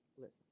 listen